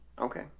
Okay